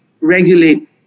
regulate